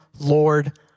Lord